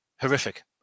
Horrific